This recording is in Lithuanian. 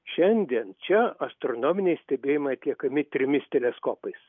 šiandien čia astronominiai stebėjimai atliekami trimis teleskopais